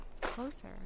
Closer